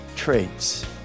traits